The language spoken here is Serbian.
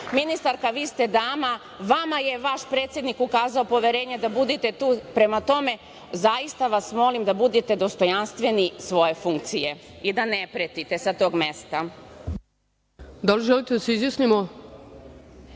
ministarka vi ste dama, vama je vaš predsednik ukazao poverenje da budete tu. Prema tome, zaista vas molim da budete dostojanstveni svoje funkcije i da ne pretite sa tog mesta. **Ana Brnabić**